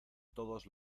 todos